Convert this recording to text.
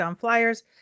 Flyers